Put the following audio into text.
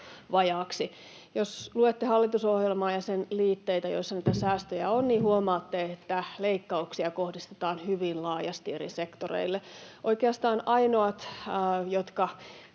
vajaaksi. Jos luette hallitusohjelmaa ja sen liitteitä, joissa niitä säästöjä on, niin huomaatte, että leikkauksia kohdistetaan hyvin laajasti eri sektoreille. Oikeastaan ainoat, jotka